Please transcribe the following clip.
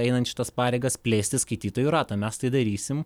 einant šitas pareigas plėsti skaitytojų ratą mes tai darysim